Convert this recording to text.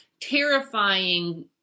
terrifying